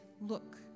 look